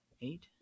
Eight